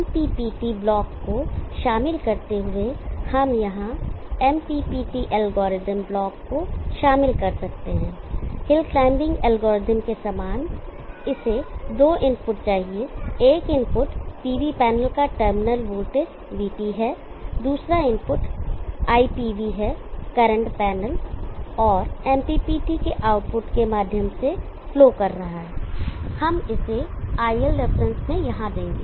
MPPT block को शामिल करते हुए हम यहां MPPT एल्गोरिदम ब्लॉक को शामिल कर सकते हैं हिल क्लाइंबिंग एल्गोरिदम के समान इसे दो इनपुट चाहिए एक इनपुट PV पैनल का टर्मिनल वोल्टेज vT है दूसरा इनपुट iPV है करंट पैनल और MPPT के आउटपुट के माध्यम से फ्लो कर रहा है हम इसे iL रेफरेंस में यहां देंगे